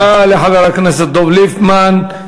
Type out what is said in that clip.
תודה לחבר הכנסת דב ליפמן.